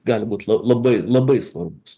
gali būt labai labai svarbus